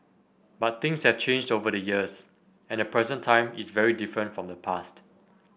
but things have changed over the years and the present time is very different from the past